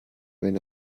wenn